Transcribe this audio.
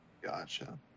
Gotcha